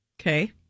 Okay